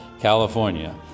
California